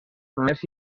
més